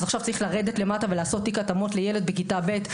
אז עכשיו צריך לרדת למטה ולעשות תיק התאמות לילד בכיתה ב'.